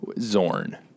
zorn